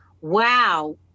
wow